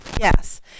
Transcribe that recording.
Yes